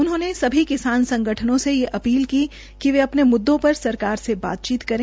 उन्होंने सभी संगठनों से ये अपील की कि वे अपने मुद्दो पर सरकार से बातचीत करें